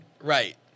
right